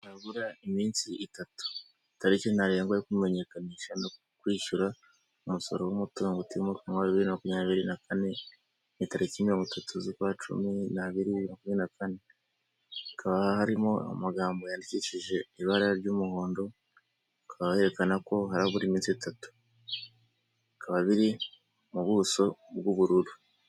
Harabura iminsi itatu tariki ntarengwa yo kumenyekanisha no kwishyura umusoro w'umutungo utimukanwa bibiri na makumyabiri na kane ni tariki mirongo itatu z'ukwa cumi n'abiri bibiri na makumyabiri nakane hakaba harimo amagambo yandikishije ibara ry'umuhondo akaba yerekana ko habura iminsi itatu bikaba biri mu buso bw'ubururu